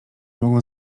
mogą